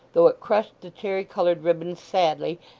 though it crushed the cherry-coloured ribbons sadly,